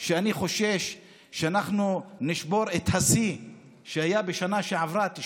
שאני חושש שנשבור את השיא שהיה בשנה שעברה, 94,